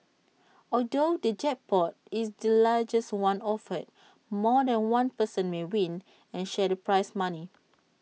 although the jackpot is the largest one offered more than one person may win and share the prize money